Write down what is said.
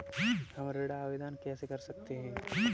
हम ऋण आवेदन कैसे कर सकते हैं?